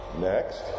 next